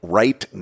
right